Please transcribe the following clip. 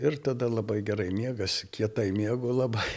ir tada labai gerai miegas kietai miegu labai